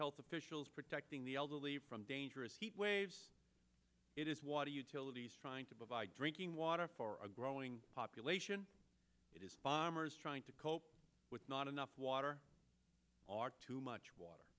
health officials protecting the elderly from dangerous heat waves it is water utilities trying to provide drinking water for a growing population it is farmers trying to cope with not enough water are too much water